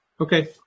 Okay